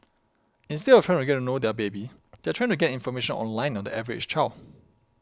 instead of trying to get to know their baby they are trying to get information online on the average child